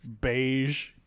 beige